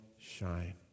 shine